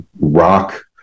rock